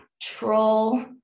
troll